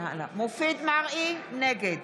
מופיד מרעי, נגד